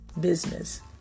business